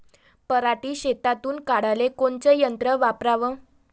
पराटी शेतातुन काढाले कोनचं यंत्र वापराव?